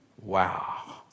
Wow